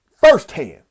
firsthand